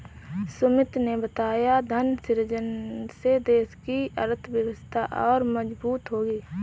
सुमित ने बताया धन सृजन से देश की अर्थव्यवस्था और मजबूत होगी